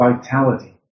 vitality